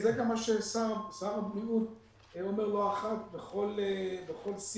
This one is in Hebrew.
זה גם מה ששר הבריאות אומר לא אחת בכל שיח.